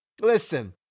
listen